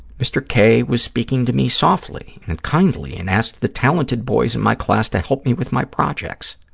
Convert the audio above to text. mr. k. was speaking to me softly and kindly and asked the talented boys in my class to help me with my projects.